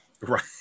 right